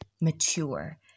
mature